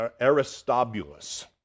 Aristobulus